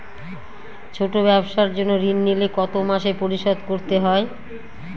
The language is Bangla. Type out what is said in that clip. ছোট ব্যবসার জন্য ঋণ নিলে কত মাসে পরিশোধ করতে হয়?